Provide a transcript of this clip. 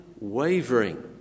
wavering